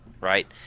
right